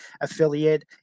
affiliate